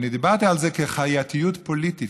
אני דיברתי על זה כעל חייתיות פוליטית,